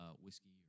whiskey